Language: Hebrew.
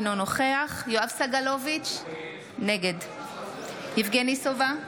אינו נוכח יואב סגלוביץ' נגד יבגני סובה,